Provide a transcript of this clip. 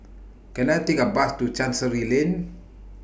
Can I Take A Bus to Chancery Lane